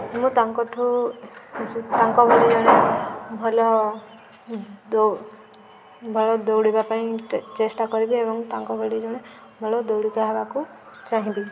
ମୁଁ ତାଙ୍କଠୁ ତାଙ୍କ ଭଳି ଜଣେ ଭଲ ଭଲ ଦୌଡ଼ିବା ପାଇଁ ଚେଷ୍ଟା କରିବି ଏବଂ ତାଙ୍କ ଭଳି ଜଣେ ଭଲ ଦୌଡ଼ିକା ହେବାକୁ ଚାହିଁବି